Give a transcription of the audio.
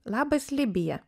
labas libija